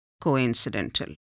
coincidental